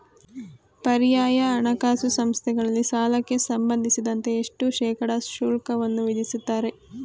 ಪರ್ಯಾಯ ಹಣಕಾಸು ಸಂಸ್ಥೆಗಳಲ್ಲಿ ಸಾಲಕ್ಕೆ ಸಂಬಂಧಿಸಿದಂತೆ ಎಷ್ಟು ಶೇಕಡಾ ಶುಲ್ಕವನ್ನು ವಿಧಿಸುತ್ತಾರೆ?